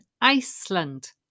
Iceland